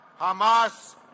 Hamas